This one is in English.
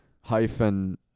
hyphen